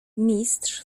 mistrz